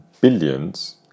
billions